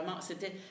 c'était